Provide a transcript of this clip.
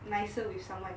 nicer with someone